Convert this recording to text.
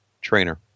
trainer